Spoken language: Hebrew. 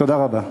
תודה רבה.